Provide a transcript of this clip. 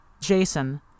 Jason